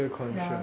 ya